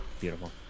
Beautiful